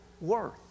worth